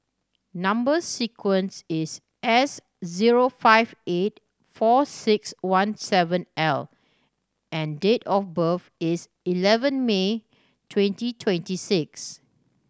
number sequence is S zero five eight four six one seven L and date of birth is eleven May twenty twenty six